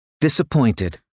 disappointed